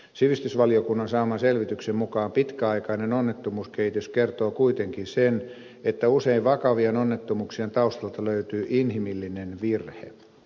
sivistysvaliokunnan saaman selvityksen mukaan pitkäaikainen onnettomuuskehitys kertoo kuitenkin sen että usein vakavien onnettomuuksien taustalta löytyy inhimillinen virhe